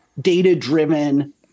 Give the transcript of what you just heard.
data-driven